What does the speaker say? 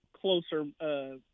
closer